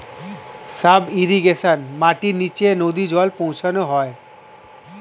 sub irrigation মাটির নিচে নদী জল পৌঁছানো হয়